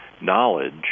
knowledge